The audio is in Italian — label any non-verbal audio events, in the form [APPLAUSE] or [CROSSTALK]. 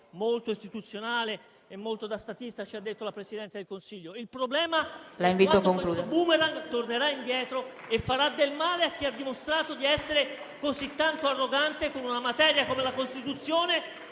molto istituzionale e molto da statista ci ha detto la Presidente del Consiglio. Il problema è quando questo *boomerang* tornerà indietro [APPLAUSE] e farà del male a chi ha dimostrato di essere così tanto arrogante con una materia come la Costituzione,